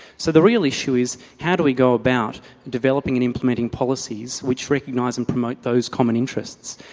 so the real issue is, how do we go about developing and implementing policies which recognise and promote those common interests?